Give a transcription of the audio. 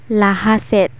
ᱞᱟᱦᱟᱥᱮᱫ